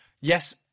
yes